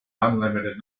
unlimited